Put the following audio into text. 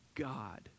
God